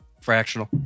Fractional